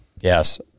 yes